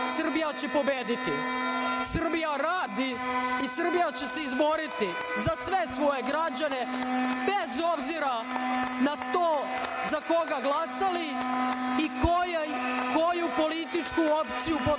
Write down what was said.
Srbija će pobediti. Srbija radi i Srbija će se izboriti za sve svoje građane, bez obzira na to za koga glasali i koju političku opciju podržavali.